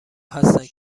هستند